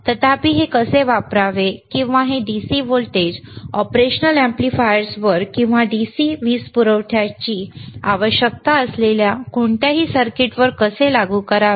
तथापि हे कसे वापरावे किंवा हे DC व्होल्टेज ऑपरेशनल अॅम्प्लीफायर्सवर किंवा DC वीज पुरवठ्याची आवश्यकता असलेल्या कोणत्याही सर्किटवर कसे लागू करावे